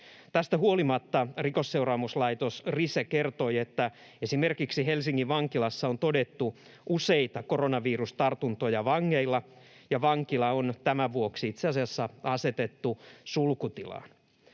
Tästä huolimatta Rikosseuraamuslaitos, Rise, kertoi, että esimerkiksi Helsingin vankilassa on todettu useita koronavirustartuntoja vangeilla, ja vankila on tämän vuoksi itse asiassa asetettu sulkutilaan.